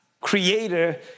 creator